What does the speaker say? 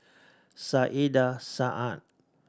Saiedah Said